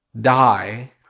die